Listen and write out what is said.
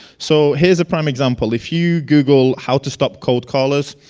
so he is a prime example if you google how to stop cold callers.